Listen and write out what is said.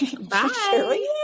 Bye